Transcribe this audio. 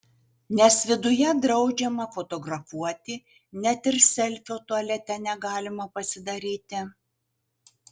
nes viduje draudžiama fotografuoti net ir selfio tualete negalima pasidaryti